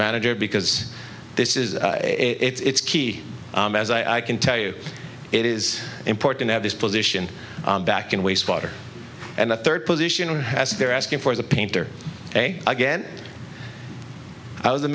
manager because this is it's key as i can tell you it is important i have this position back in wastewater and a third position has they're asking for the painter again i was the